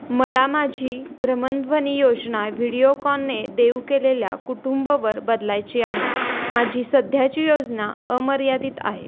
मला माझी भ्रमणध्वनी योजना व्हिडिओकॉनने देऊ केलेल्या कुटुंबवर बदलायची आहे माझी सध्याची योजना अमर्यादित आहे